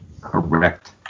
Correct